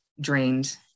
drained